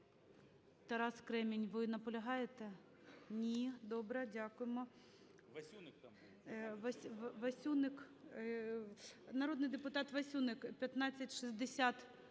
Тарас Кремінь, ви наполягаєте? Ні. Добре. Дякуємо. Васюник. Народний депутат Васюник, 1560.